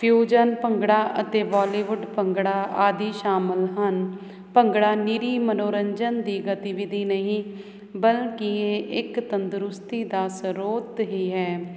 fusion bhangra ਅਤੇ ਬੋਲੀਵੁੱਡ ਭੰਗੜਾ ਆਦਿ ਸ਼ਾਮਿਲ ਹਨ ਭੰਗੜਾ ਨਿਰੀ ਮਨੋਰੰਜਨ ਦੀ ਗਤੀਵਿਧੀ ਨਹੀਂ ਬਲਕਿ ਇੱਕ ਤੰਦਰੁਸਤੀ ਦਾ ਸਰੋਤ ਹੀ ਹੈ